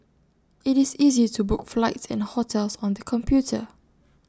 IT is easy to book flights and hotels on the computer